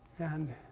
and,